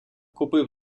купив